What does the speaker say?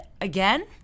again